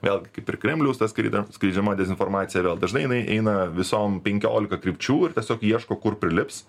vėlgi kaip ir kremliaus ta skleide skleidžiama dezinformacija vėl dažnai jinai eina visom penkiolika krypčių ir tiesiog ieško kur prilips